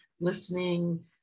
listening